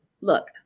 look